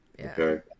Okay